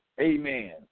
amen